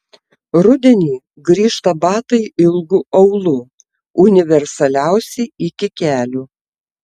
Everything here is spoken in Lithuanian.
rudenį grįžta batai ilgu aulu universaliausi iki kelių